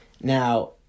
Now